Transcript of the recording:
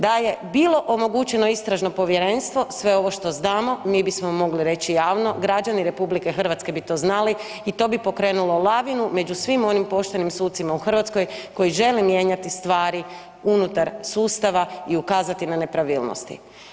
Da je bilo omogućeno istražno povjerenstvo sve ovo što znamo mi bismo mogli reći javno, građani RH bi to znali i to bi pokrenulo lavinu među svim onim poštenim sucima u Hrvatskoj koji žele mijenjati stvari unutar sustava i ukazati na nepravilnosti.